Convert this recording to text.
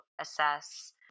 assess